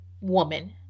woman